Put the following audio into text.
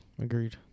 Agreed